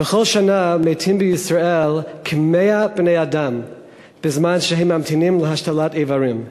בכל שנה מתים בישראל כ-100 בני-אדם שממתינים להשתלת איברים.